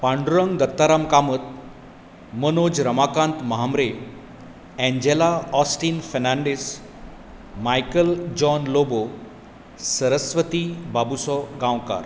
Pandurang Dattaram Kamat Manoj Ramakant Mhambre Angela Austin Fernandes Michael John Lobo Saraswati Babuso Gaonkar